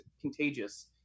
contagious